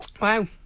Wow